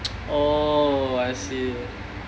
oh I see